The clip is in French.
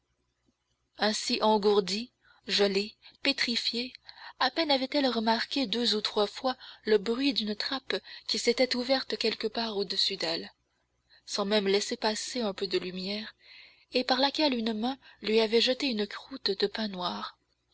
ainsi engourdie gelée pétrifiée à peine avait-elle remarqué deux ou trois fois le bruit d'une trappe qui s'était ouverte quelque part au-dessus d'elle sans même laisser passer un peu de lumière et par laquelle une main lui avait jeté une croûte de pain noir